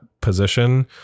position